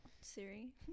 Siri